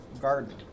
garden